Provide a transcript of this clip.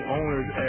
owners